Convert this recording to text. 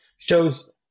Shows